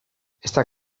aquesta